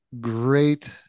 great